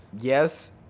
Yes